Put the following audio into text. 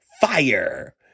fire